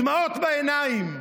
דמעות בעיניים.